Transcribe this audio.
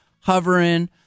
hovering